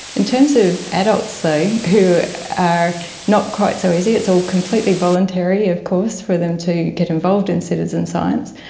in terms of adults though who are not quite so easy, it's all completely voluntary of course for them to get involved in citizen science,